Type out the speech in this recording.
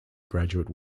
graduate